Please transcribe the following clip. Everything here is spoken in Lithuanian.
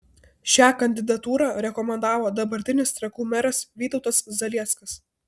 šią kandidatūrą rekomendavo dabartinis trakų meras vytautas zalieckas